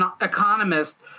economist